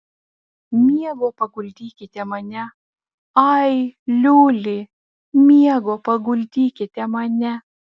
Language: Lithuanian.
miego paguldykite mane ai liuli miego paguldykite mane